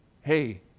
hey